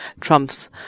Trump's